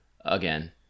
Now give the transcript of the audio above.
again